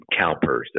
CalPERS